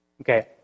Okay